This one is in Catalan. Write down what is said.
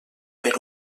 per